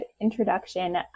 introduction